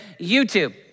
YouTube